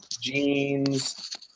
jeans